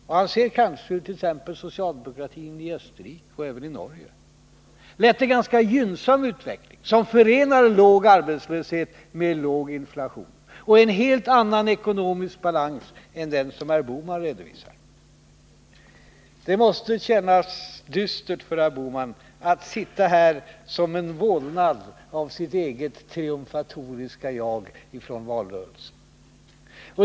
Och han ser kanske hur socialdemokratin i Österrike och även i Norge har lett till en ganska gynnsam utveckling som förenar låg arbetslöshet med låg inflation och en helt annan ekonomisk balans än den som herr Bohman redovisar. Det måste kännas dystert för herr Bohman att sitta här som en vålnad av sitt eget triumfatoriska jag från valrörelsen.